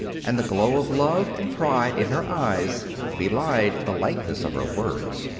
and the glow of love and pride in her eyes belied the lightness of her words.